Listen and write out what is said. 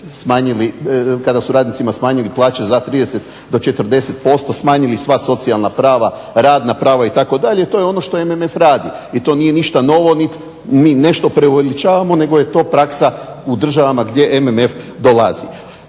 kad su radnicima smanjili plaće za 30 do 40%, smanjili sva socijalna prava, radna prava itd. i to je ono što MMF radi i to nije ništa novo nit nešto preuveličavamo nego je to praksa u državama gdje MMF dolazi.